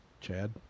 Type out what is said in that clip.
Chad